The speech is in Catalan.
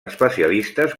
especialistes